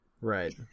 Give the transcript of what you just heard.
Right